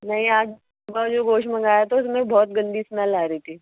نہیں آج صبح جو گوشت منگایا تھا اس میں بہت گندی اسمل آ رہی تھی